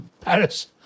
Paris